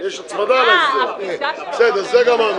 זה גמרנו.